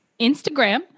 Instagram